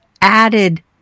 added